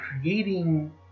creating